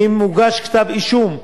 ואם הוגש כתב-אישום,